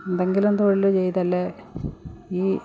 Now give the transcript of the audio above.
എന്തെങ്കിലും തൊഴിൽ ചെയ്തതല്ലേ ഈ